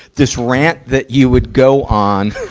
this rant that you would go on.